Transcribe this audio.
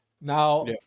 now